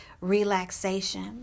relaxation